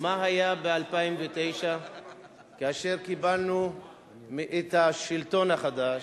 מה היה ב-2009 כאשר קיבלנו את השלטון החדש.